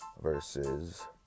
Versus